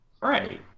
right